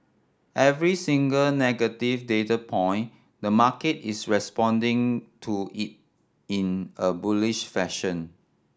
every single negative data point the market is responding to it in a bullish fashion